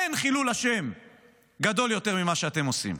אין חילול השם גדול יותר ממה שאתם עושים.